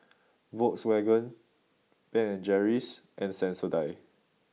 Volkswagen Ben and Jerry's and Sensodyne